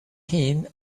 him